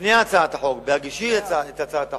לפני הצעת החוק, בהגישי את הצעת החוק,